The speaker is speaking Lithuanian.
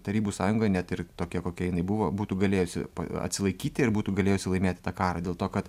tarybų sąjunga net ir tokia kokia jinai buvo būtų galėjusi atsilaikyti ir būtų galėjusi laimėti tą karą dėl to kad